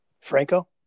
Franco